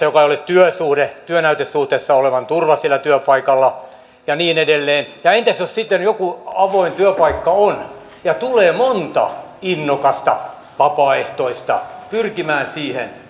joka ei ole työsuhde olevan turva siellä työpaikalla ja niin edelleen ja entäs jos sitten joku avoin työpaikka on ja tulee monta innokasta vapaaehtoista pyrkimään siihen